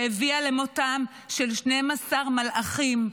שהביאה למותם של 12 מלאכים,